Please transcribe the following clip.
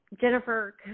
Jennifer